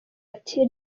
ati